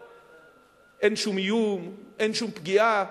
אין שום איום, אין שום פגיעה,